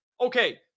Okay